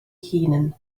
hunan